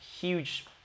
huge